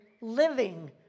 living